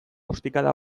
ostikada